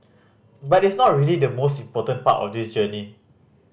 but it's not really the most important part of this journey